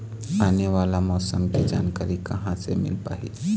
आने वाला मौसम के जानकारी कहां से मिल पाही?